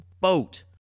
boat